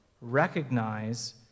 recognize